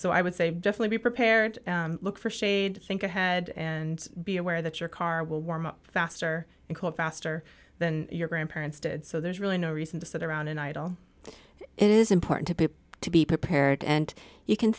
so i would say definitely be prepared look for shade think ahead and be aware that your car will warm up faster and called faster than your grandparents did so there's really no reason to sit around and idle it is important to be prepared and you can